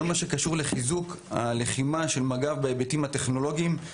בכל מה שקשור ללחימה של מג"ב בהיבטים הטכנולוגיים,